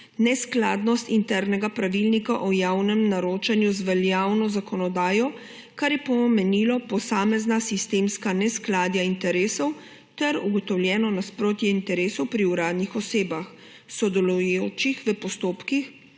neskladnost internega pravilnika o javnem naročanju z veljavno zakonodajo, kar je pomenilo posamezna sistemska neskladja interesov, ter ugotovljeno nasprotje interesov pri uradnih osebah, sodelujočih v postopkih